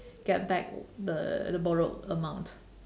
get back the the borrowed amount